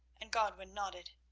and godwin nodded.